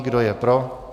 Kdo je pro?